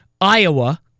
Iowa